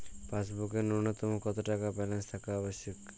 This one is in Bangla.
পাসবুকে ন্যুনতম কত টাকা ব্যালেন্স থাকা আবশ্যিক?